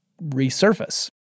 resurface